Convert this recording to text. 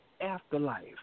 afterlife